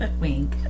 Wink